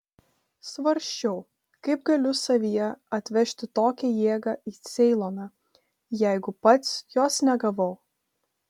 svarsčiau kaip galiu savyje atvežti tokią jėgą į ceiloną jeigu pats jos negavau